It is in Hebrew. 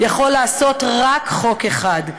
יכול לעשות רק חוק אחד,